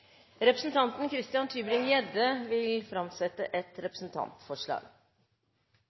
Representanten Christian Tybring-Gjedde vil framsette et representantforslag.